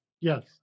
Yes